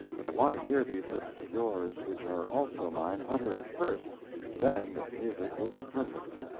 but i want to hear these lips of yours, which are also mine, utter it first then its music will be perfect.